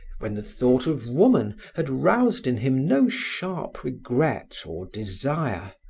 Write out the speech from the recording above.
when the thought of woman had roused in him no sharp regret or desire,